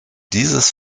dieses